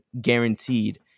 guaranteed